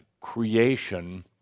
creation